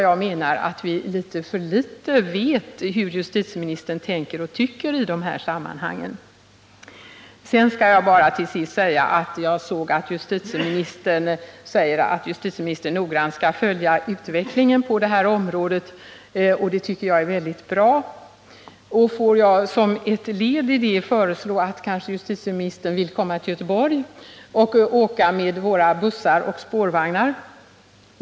Jag menar att vi för litet vet hur justitieministern tänker och tycker i dessa sammanhang. Justitieministern säger att han noggrant skall följa utvecklingen på detta område. Det tycker jag är bra. Får jag då föreslå att justitieministern kommer till Göteborg och åker med våra bussar och spårvagnar.